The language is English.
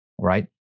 right